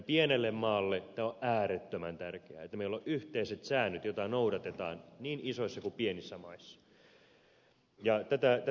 pienelle maalle tämä on äärettömän tärkeää että meillä on yhteiset säännöt joita noudatetaan niin isoissa kuin pienissä maissa